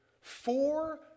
four